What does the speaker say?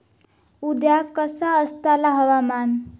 उद्या कसा आसतला हवामान?